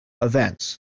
events